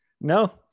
No